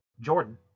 Jordan